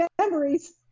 memories